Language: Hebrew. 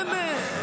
היום כן?